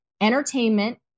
entertainment